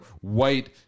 white